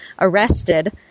arrested